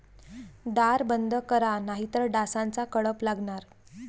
दार बंद करा नाहीतर डासांचा कळप लागणार